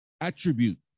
attribute